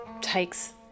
takes